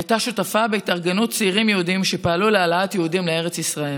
הייתה שותפה בהתארגנות צעירים יהודים שפעלו להעלאת יהודים לארץ ישראל.